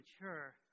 mature